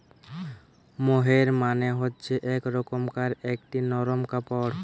মোহের মানে হচ্ছে এক রকমকার একটি নরম কাপড়